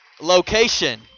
location